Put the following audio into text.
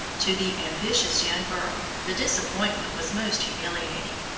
to the ambitious young girl the disappointment was most humiliating,